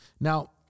Now